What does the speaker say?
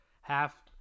half